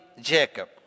Jacob